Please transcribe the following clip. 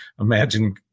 imagine